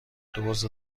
دزد